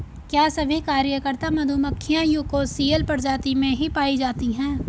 क्या सभी कार्यकर्ता मधुमक्खियां यूकोसियल प्रजाति में ही पाई जाती हैं?